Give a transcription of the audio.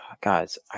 Guys